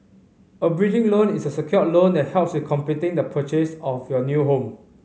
a bridging loan is a secured loan that helps with completing the purchase of your new home